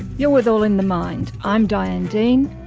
you're with all in the mind, i'm diane dean,